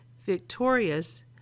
victorious